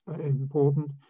important